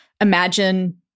imagine